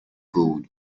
gold